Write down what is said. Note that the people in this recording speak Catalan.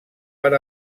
per